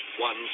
one